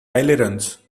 ailerons